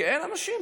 כי אין אנשים,